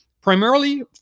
primarily